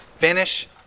Finish